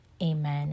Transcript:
Amen